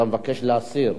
אתה מבקש להסיר.